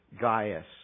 Gaius